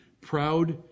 proud